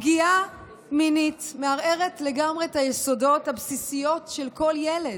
פגיעה מינית מערערת לגמרי את היסודות הבסיסיים של כל ילד,